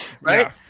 Right